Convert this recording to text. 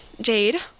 Jade